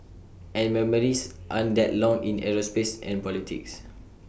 and memories aren't that long in aerospace and politics